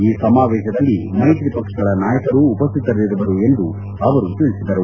ಈ ಸಮಾವೇಶದಲ್ಲಿ ಮೈತ್ರಿ ಪಕ್ಷಗಳ ನಾಯಕರು ಉಪಸ್ಥಿತರಿರುವರು ಎಂದು ಅವರು ತಿಳಿಸಿದರು